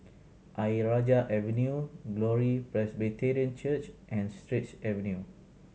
Ayer Rajah Avenue Glory Presbyterian Church and Straits Avenue